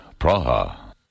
Praha